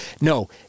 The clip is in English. no